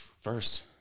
First